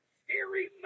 scary